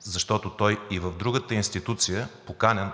защото той и в другата институция е поканен,